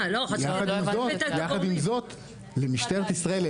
יחד עם זאת למשטרת ישראל,